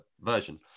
version